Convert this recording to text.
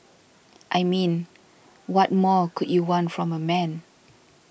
I mean what more could you want from a man